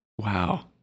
Wow